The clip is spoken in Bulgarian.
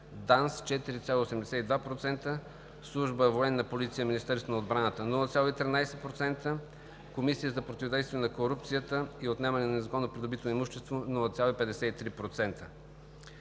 ДАНС – 4,82%, Служба „Военна полиция“ към Министерството на отбраната – 0,13%, Комисията за противодействие на корупцията и отнемане на незаконно придобитото имущество – 0,53%.